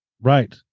Right